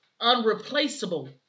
unreplaceable